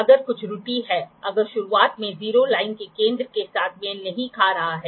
sign bar एक सटीक angle माप उपकरण है जिसका उपयोग स्लिप गेज के साथ किया जाता है